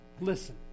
Listen